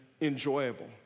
enjoyable